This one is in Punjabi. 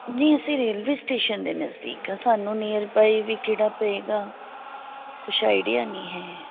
ਜੀ ਅਸੀਂ ਰੇਲਵੇ ਸਟੇਸ਼ਨ ਦੇ ਨਜ਼ਦੀਕ ਆ ਸਾਨੂੰ ਨੀਅਰ ਬਾਏ ਵੀ ਕਿਹੜਾ ਪਵੇਗਾ ਕੁਛ ਆਈਡੀਆ ਨਹੀਂ ਹੈ